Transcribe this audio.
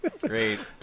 Great